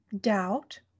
doubt